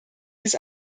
dies